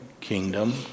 kingdom